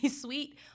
sweet